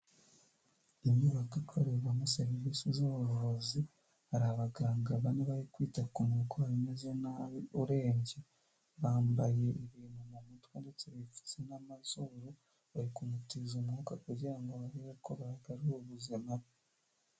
Inyubako ikorerwamo serivisi z'ubuvuzi, hari abaganga bane bari kwita ku murwayi umeze nabi urembye, bambaye ibintu mu mutwe ndetse bipfutse n'amazuru, bari kumutiza umwuka kugira ngo barebe ko bagarura ubuzima bwe.